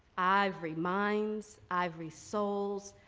ivory minds, ivory souls,